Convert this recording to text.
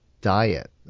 diet